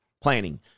planning